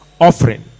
offering